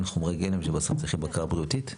אין חומרי גלם שצריכים בקרה בריאותית?